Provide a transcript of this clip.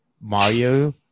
Mario